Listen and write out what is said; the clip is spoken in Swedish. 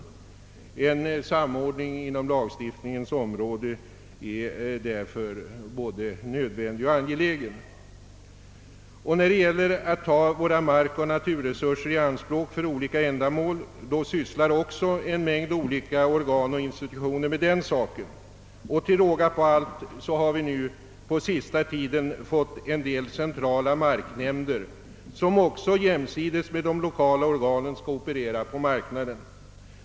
En samordning på lagstiftningens område är därför både nödvändig och angelägen. En mängd olika organ och institutioner sysslar också med frågor, som sammanhänger med utnyttjandet av våra markoch naturresurser. Till råga på allt har vi på senaste tiden fått en del centrala marknämnder, som jämsides med de lokala organen skall operera på marknaden.